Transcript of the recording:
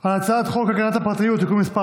על הצעת חוק הגנת הפרטיות (תיקון מס'